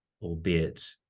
albeit